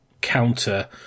counter